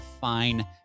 fine